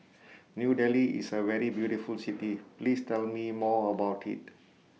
New Delhi IS A very beautiful City Please Tell Me More about IT